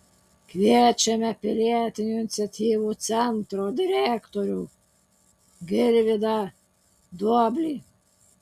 kviečiame pilietinių iniciatyvų centro direktorių girvydą duoblį